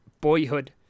Boyhood